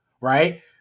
right